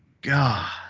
God